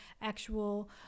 actual